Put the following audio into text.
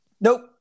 Nope